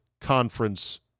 conference